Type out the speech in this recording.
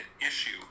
issue